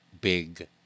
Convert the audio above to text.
big